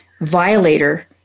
violator